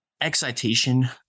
Excitation